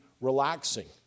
relaxing